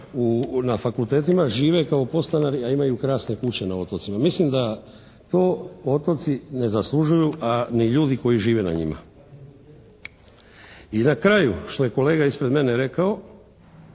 na fakultetima žive kao podstanari, a imaju krasne kuće na otocima. Mislim da to otoci ne zaslužuju, a ni ljudi koji žive na njima. I na kraju što je kolega ispred mene rekao,